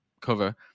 cover